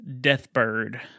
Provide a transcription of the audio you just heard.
Deathbird